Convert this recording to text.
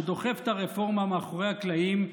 שדוחף את הרפורמה מאחורי הקלעים,